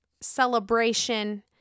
celebration